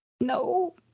No